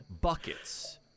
buckets